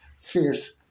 Fierce